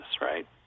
right